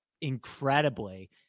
incredibly